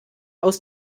aus